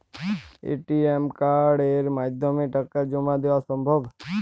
ATM কার্ডের মাধ্যমে টাকা জমা দেওয়া সম্ভব?